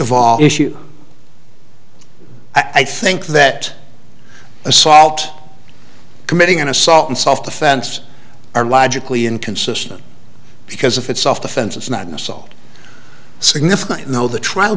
of all issue i think that assault committing an assault and self defense are logically inconsistent because if it's self defense it's not an assault significant though the tr